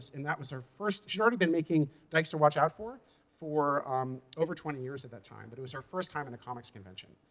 and that was her first she'd already been making dykes to watch out for for um over twenty years at that time. but it was her first time in a comics convention,